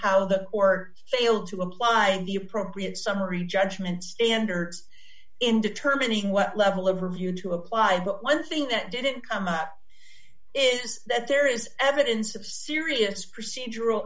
how that or fail to apply the appropriate summary judgment standards in determining what level of review to apply but one thing that didn't come up is that there is evidence of serious procedural